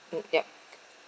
mm yup